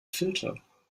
filter